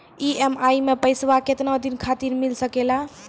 EMI मैं पैसवा केतना दिन खातिर मिल सके ला?